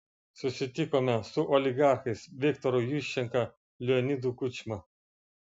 susitikome su oligarchais viktoru juščenka leonidu kučma